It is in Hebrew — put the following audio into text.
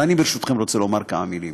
ברשותכם, אני רוצה לומר כמה מילים.